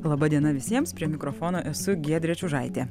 laba diena visiems prie mikrofono esu giedrė čiužaitė